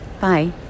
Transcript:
Bye